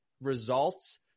results